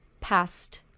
past